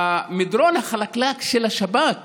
המדרון החלקלק של השב"כ,